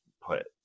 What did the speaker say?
put